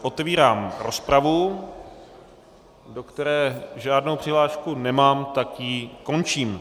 Otevírám rozpravu, do které žádnou přihlášku nemám, tak ji končím.